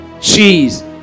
Cheese